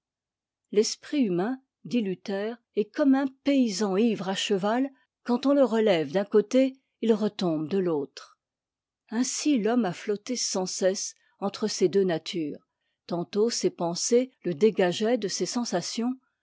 l'esprit humain dit luther est comme un paysan ivre à cheval quand on le relève d'un t coté il retombe de l'autre ainsi l'homme a flotté sans cesse entre ses deux natures tantôt ses pensées le dégageaient de ses sensations